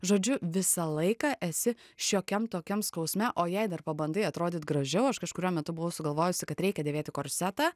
žodžiu visą laiką esi šiokiam tokiam skausme o jei dar pabandai atrodyt gražiau aš kažkuriuo metu buvau sugalvojusi kad reikia dėvėti korsetą